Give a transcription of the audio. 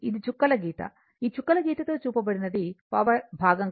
ఇది చుక్కల గీత ఈ చుక్కల గీతతో చూపబడినది పవర్ భాగం